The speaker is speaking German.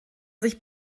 sich